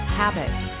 habits